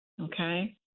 Okay